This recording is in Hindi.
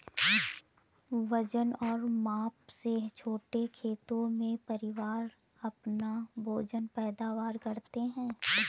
वजन और माप से छोटे खेतों में, परिवार अपना भोजन पैदा करते है